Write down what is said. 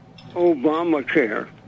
Obamacare